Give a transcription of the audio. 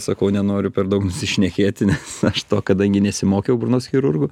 sakau nenoriu per daug nusišnekėti nes aš to kadangi nesimokiau burnos chirurgu